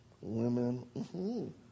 Women